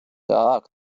так